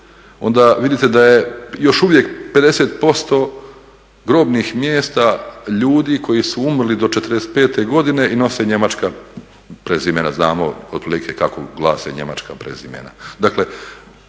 onda vidite da je još uvijek 50% grobnih mjesta ljudi koji su umrli do '45. i nose njemačka prezimena. Znamo otprilike kako glase njemačka prezimena.